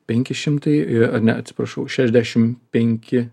penki šimtai ar ne atsiprašau šešiasdešim penki